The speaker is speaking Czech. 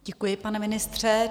Děkuji, pane ministře.